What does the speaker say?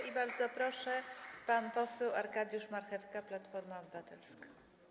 I bardzo proszę, pan poseł Arkadiusz Marchewka, Platforma Obywatelska.